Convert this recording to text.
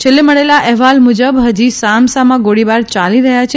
છેલ્લે મળેલા અહેવાલ મુજબ ફજી સામસામા ગોળીબાર યાલી રહયા છે